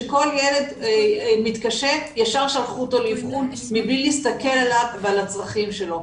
שכל ילד מתקשה ישר שלחו אותו לאבחון מבלי להסתכל עליו ועל הצרכים שלו,